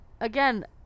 again